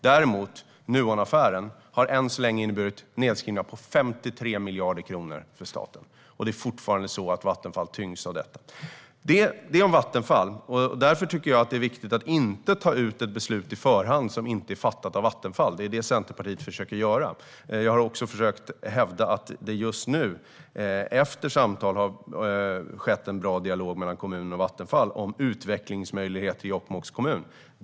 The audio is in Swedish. Däremot har Nuonaffären än så länge inneburit nedskrivningar på 53 miljarder kronor för staten. Vattenfall tyngs fortfarande av detta. Därför tycker jag att det är viktigt att inte ta ut ett beslut i förhand som inte är fattat av Vattenfall. Det är det Centerpartiet försöker göra. Jag har också försökt hävda att det just nu, efter samtal, har varit en bra dialog mellan kommunen och Vattenfall om utvecklingsmöjligheter i Jokkmokks kommun.